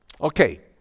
Okay